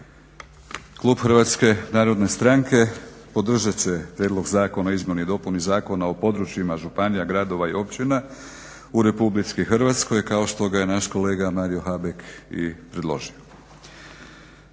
Klub Hrvatske narodne stranke podržat će Prijedlog zakona o izmjeni i dopuni Zakona o područjima županija, gradova i općina u Republici Hrvatskoj kao što ga je naš kolega Mario Habek i predložio.